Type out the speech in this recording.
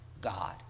God